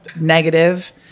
negative